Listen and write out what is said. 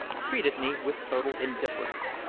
treated me with total indifference.